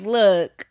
look